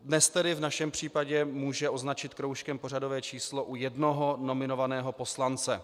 Dnes tedy v našem případě může označit kroužkem pořadové číslo u jednoho nominovaného poslance.